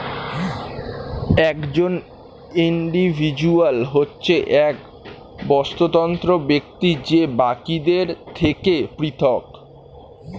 একজন ইন্ডিভিজুয়াল হচ্ছে এক স্বতন্ত্র ব্যক্তি যে বাকিদের থেকে পৃথক